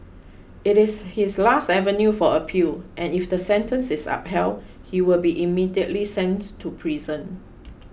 it is his last avenue for appeal and if the sentence is upheld he will be immediately sent to prison